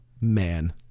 man